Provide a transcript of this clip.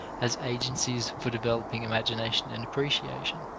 as agencies for developing imagination and appreciation